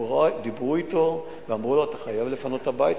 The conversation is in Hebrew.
דיברו אתו ואמרו לו: אתה חייב לפנות את הבית.